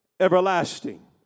Everlasting